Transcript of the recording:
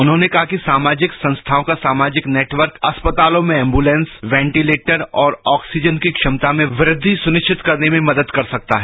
उन्होंने कहा कि सामाजिक संख्याओं का सामाजिक नेटवर्क अस्पतालों में एंबुलेंस वेंटितेटर और ऑक्सीजन की क्षमता में वृद्धि सुनिश्चित करने में मदद कर सकता है